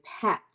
pet